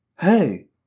Hey